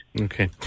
Okay